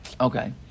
Okay